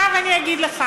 עכשיו אני אגיד לך: